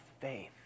faith